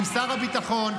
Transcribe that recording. עם שר הביטחון,